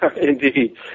Indeed